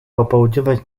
popołudniowe